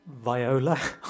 viola